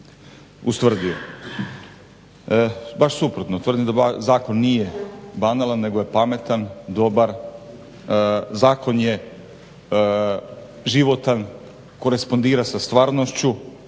ustvrdio. Baš suprotno, tvrdim da zakon nije banalan nego je pametan, dobar, zakon je životan, korespondira sa stvarnošću,